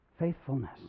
Faithfulness